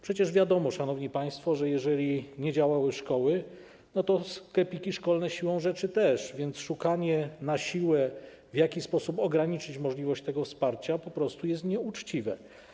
Przecież wiadomo, szanowni państwo, że jeżeli nie działały szkoły, to sklepiki szkolne siłą rzeczy też, więc szukanie na siłę sposobu, w jaki można ograniczyć możliwość tego wsparcia, jest po prostu nieuczciwe.